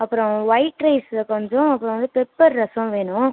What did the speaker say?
அப்புறம் ஒயிட் ரைஸில் கொஞ்சம் அப்புறம் வந்து பெப்பர் ரசம் வேணும்